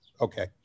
Okay